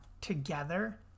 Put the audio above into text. together